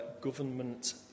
government